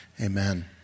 Amen